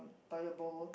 toilet bowl